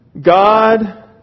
God